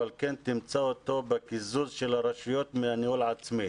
כן תמצא אותו בקיזוז של הרשויות מהניהול העצמי